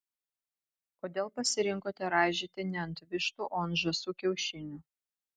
kodėl pasirinkote raižyti ne ant vištų o ant žąsų kiaušinių